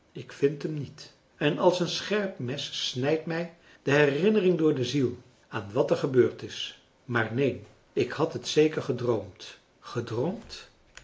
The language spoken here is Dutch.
ik vind hem niet en als een scherp mes snijdt mij de herinnering door françois haverschmidt familie en kennissen de ziel aan wat er gebeurd is maar neen ik had het zeker gedroomd gedroomd